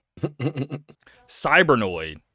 Cybernoid